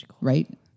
right